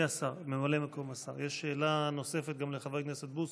ממלא מקום השר, יש שאלה נוספת גם לחבר הכנסת בוסו.